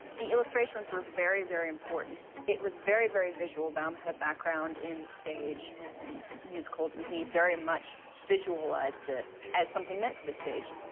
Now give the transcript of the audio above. the illustrations were very, very important. it was very, very visual. baum had a background in stage and musicals. and he very much visualized this as something meant for the stage.